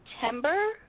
September